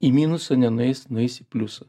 į minusą nenueis nueis į pliusą